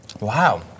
Wow